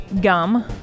Gum